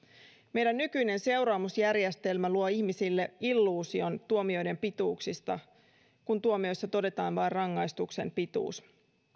meidän nykyinen seuraamusjärjestelmämme luo ihmisille illuusion tuomioiden pituuksista kun tuomioissa todetaan vain rangaistuksen pituus